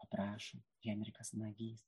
aprašo henrikas nagys